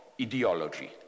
ideology